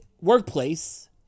workplace